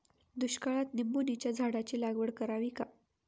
दुष्काळात निंबोणीच्या झाडाची लागवड करावी का?